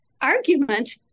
argument